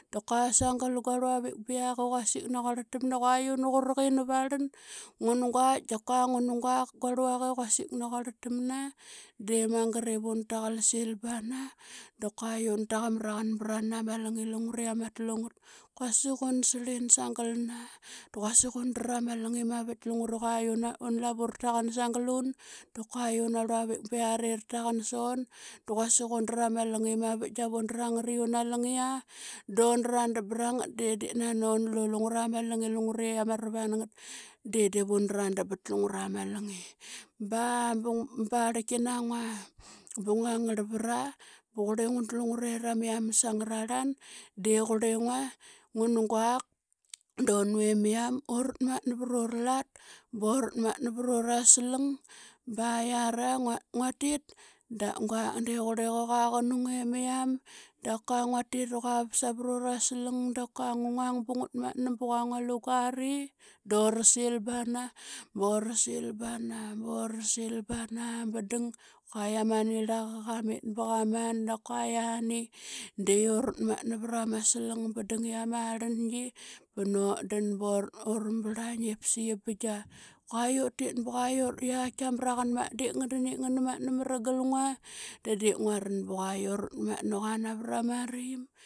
Da qua ngua rluavik biak i quasik naquarl tama qua una qrqim varln ngun gnaitk da qua ngn guak. Guarlvqa iquasik naquarl tamna de mangt ivun taqlsil bana da una taqmraqn nama ingi ama tlu ngat quasik una srlin sangl na quasik undra ma lngi mavitk. Lungre qua una lavu rataqan sanglun da qua una rluavik biari qua ra taqan son. Quasik undra ma lngi mavitk da vun drangat una langia undradm brangat de diip na nonlu lungra malngi lungre yiama rvangat. De divun drabt lungra malngi. Ba bma barlki nangua bngua ngarlvra buqrli ngua dlu ngera miams angrarla ngn guak do niemiam urtmanta vrurlat urtmatna vrura slng. Ba yiare nguatit da nguak de qrliqa quaqn ngnemiam dakua nguatit qua savro raslng, da kua ngungang bnguat matna toqua nqualu nguari do silbana borsil bana borsil bana bdng quaia maniraqa qamit bqnaman da qua yiani dio rtmatna vrama slng bdng yiama rlingi. Bnodn bora brlain ip sai binga quatit bqua yiatk qia mroqu maung ngdu ivura gal ngua de dii nguaru. Quei urtmatna quona vrama rim.